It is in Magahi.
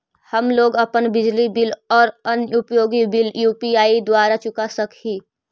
हम लोग अपन बिजली बिल और अन्य उपयोगि बिल यू.पी.आई द्वारा चुका सक ही